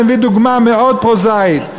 אני מביא דוגמה מאוד פרוזאית,